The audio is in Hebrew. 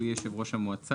והוא יהיה יושב ראש המועצה,